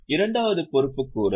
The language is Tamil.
இரண்டாவது பொறுப்புக்கூறல்